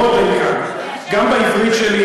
מאוד דייקן גם בעברית שלי,